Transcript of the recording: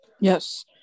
yes